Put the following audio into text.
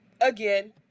again